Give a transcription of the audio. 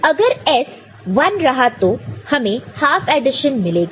If S 0 Y0 AB' Y1 A B' अगर S 1 रहा तो हमें हाफ एडिशन मिलेगा